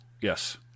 Yes